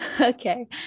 Okay